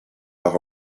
par